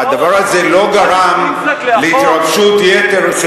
הדבר הזה לא גרם להתרגשות יתר,